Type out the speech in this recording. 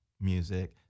music